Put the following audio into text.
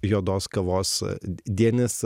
juodos kavos dienis